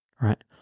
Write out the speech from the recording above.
Right